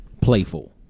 playful